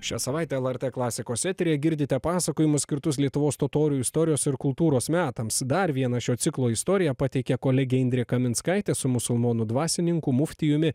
šią savaitę lrt klasikos eteryje girdite pasakojimus skirtus lietuvos totorių istorijos ir kultūros metams dar vieną šio ciklo istoriją pateikia kolegė indrė kaminskaitė su musulmonų dvasininku muftijumi